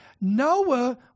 Noah